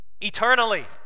eternally